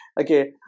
Okay